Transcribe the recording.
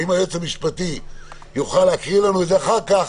אם היועץ המשפטי יוכל להקריא לנו את זה אחר כך,